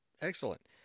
Excellent